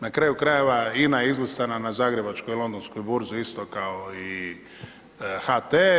Na kraju krajeva INA je izlistana na Zagrebačkoj i Londoskoj burzi isto kao HT.